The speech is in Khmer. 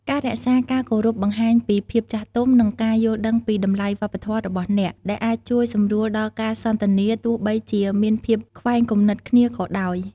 ការរក្សាការគោរពបង្ហាញពីភាពចាស់ទុំ និងការយល់ដឹងពីតម្លៃវប្បធម៌របស់អ្នក ដែលអាចជួយសម្រួលដល់ការសន្ទនាទោះបីជាមានភាពខ្វែងគំនិតគ្នាក៏ដោយ។